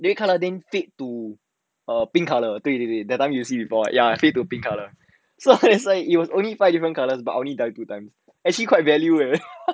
你会看到 then it fade to err pink colour 对对对 that time you see before right ya fade to pink colour so that's why you only buy a different colour but I only dye two times actually quite value leh